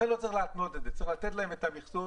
לכן לא צריך להתנות את זה אלא לתת להם את המכסות,